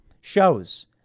shows